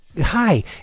Hi